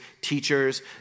teachers